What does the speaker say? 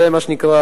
זה מה שנקרא,